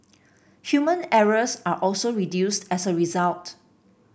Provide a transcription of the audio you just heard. human errors are also reduced as a result